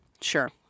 Sure